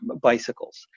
bicycles